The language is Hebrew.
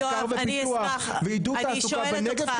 מחקר ופיתוח ועידוד תעסוקה בנגב?